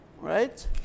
right